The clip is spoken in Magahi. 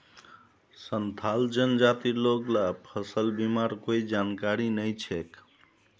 संथाल जनजातिर लोग ला फसल बीमार कोई जानकारी नइ छेक